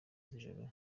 z’ijoro